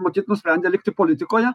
matyt nusprendė likti politikoje